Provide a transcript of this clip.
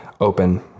open